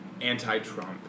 anti-Trump